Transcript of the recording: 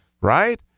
right